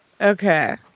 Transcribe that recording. Okay